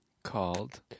Called